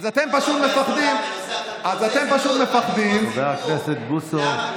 אתה עושה, אז אתם פשוט מפחדים, חבר הכנסת בוסו.